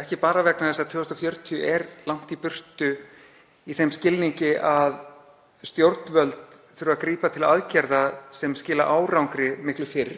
ekki bara vegna þess að árið 2040 er langt í burtu í þeim skilningi að stjórnvöld þurfa að grípa til aðgerða sem skila árangri miklu fyrr